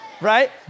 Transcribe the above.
right